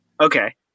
Okay